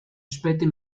später